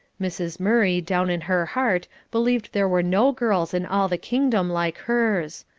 mrs. murray, down in her heart, believed there were no girls in all the kingdom like hers.